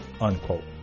unquote